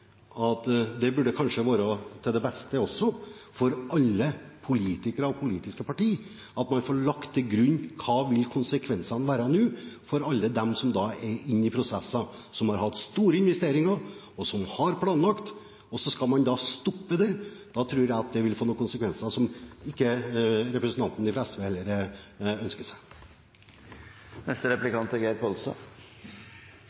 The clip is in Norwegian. kanskje også burde være til det beste for alle politikere og politiske partier at man får lagt til grunn hva konsekvensene vil være for alle dem som er inne i prosesser, som har hatt store investeringer, og som har planlagt. Så skal man stoppe dem. Jeg tror det vil få noen konsekvenser som heller ikke representanten fra SV ønsker